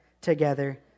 together